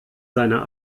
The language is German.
seiner